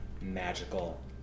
magical